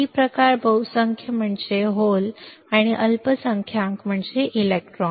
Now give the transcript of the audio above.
P प्रकार बहुसंख्य म्हणजे हेल आणि अल्पसंख्याक म्हणजे इलेक्ट्रॉन